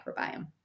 microbiome